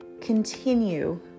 continue